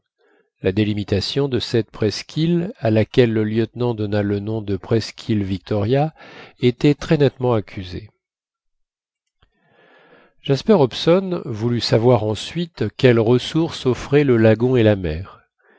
la délimitation de cette presqu'île à laquelle le lieutenant donna le nom de presqu'île victoria était très nettement accusée jasper hobson voulut savoir ensuite quelles ressources offraient le lagon et la mer